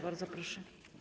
Bardzo proszę.